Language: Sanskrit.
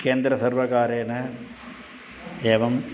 केन्द्रसर्वकारेण एवं